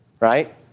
right